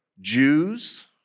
Jews